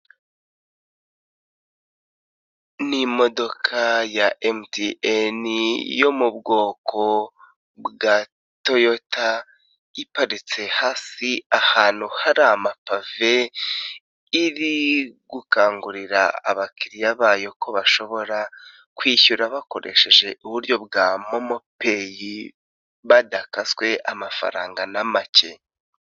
Ni imodoka ya emutiyene yo mu bwoko bwa toyota iparitse hasi ahantu hari amapave, iri gukangurira abakiriya bayo ko bashobora kwishyura bakoresheje uburyo bwa momo peyi badakaswe amafaranga na make.